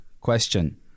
question